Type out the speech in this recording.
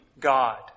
God